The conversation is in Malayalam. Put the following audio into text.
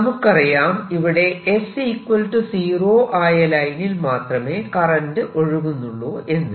നമുക്കറിയാം ഇവിടെ s 0 ആയ ലൈനിൽ മാത്രമേ കറന്റ് ഒഴുകുന്നുള്ളൂ എന്ന്